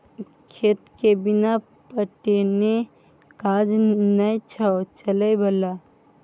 खेतके बिना पटेने काज नै छौ चलय बला